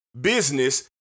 business